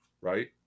right